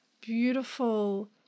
beautiful